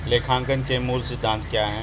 लेखांकन के मूल सिद्धांत क्या हैं?